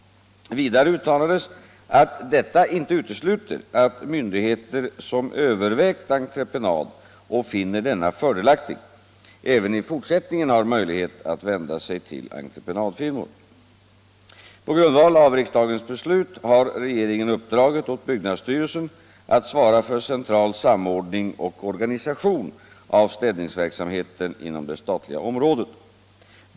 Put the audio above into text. Vidare uttalades att detta inte utesluter att myndigheter som övervägt entreprenad och finner denna fördelaktig även i fortsättningen har möjlighet att vända sig till entreprenadfirmor. På grundval av riksdagens beslut har regeringen uppdragit åt byggnadsstyrelsen att svara för central samordning och organisation av städningsverksamheten inom det statliga området.